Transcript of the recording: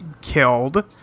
killed